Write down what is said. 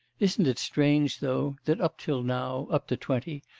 isn't it strange though, that up till now, up to twenty,